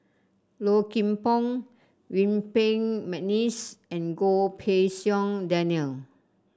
Low Kim Pong Yuen Peng McNeice and Goh Pei Siong Daniel